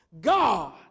God